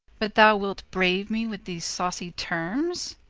but thou wilt braue me with these sawcie termes?